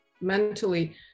mentally